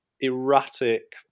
erratic